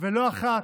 לא אחת,